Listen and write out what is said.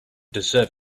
deserve